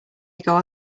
ago